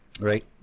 right